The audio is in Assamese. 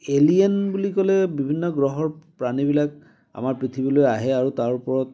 এলিয়েন বুলি ক'লে বিভিন্ন গ্ৰহৰ প্ৰাণীবিলাক আমাৰ পৃথিৱীলৈ আহে আৰু তাৰ ওপৰত